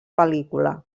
pel·lícula